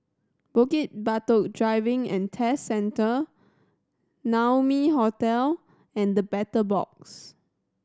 Bukit Batok Driving and Test Centre Naumi Hotel and The Battle Box